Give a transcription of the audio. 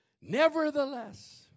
Nevertheless